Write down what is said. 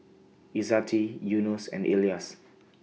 Izzati Yunos and Elyas